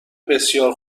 بسیار